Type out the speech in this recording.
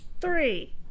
Three